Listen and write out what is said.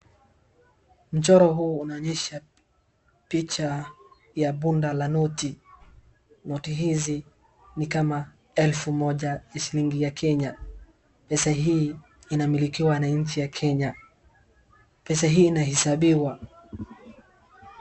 Mchoro huu unaonyesha picha ya punda la noti, noti hizi ni kama elfu moja shillingi ya Kenya. Pesa hii inamilikiwa na nchi ya Kenya. Pesa hii inahesabiwa.